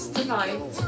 tonight